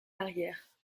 arrière